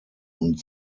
und